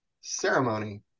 ceremony